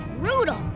brutal